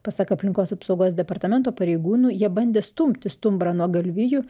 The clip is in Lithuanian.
pasak aplinkos apsaugos departamento pareigūnų jie bandė stumti stumbrą nuo galvijų